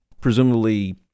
presumably